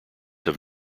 have